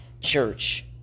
church